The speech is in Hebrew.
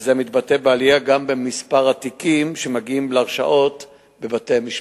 וזה מתבטא בעלייה גם במספר התיקים שמגיעים להרשעות בבתי-המשפט.